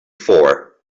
for